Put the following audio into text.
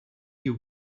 you